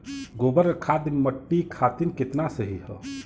गोबर क खाद्य मट्टी खातिन कितना सही ह?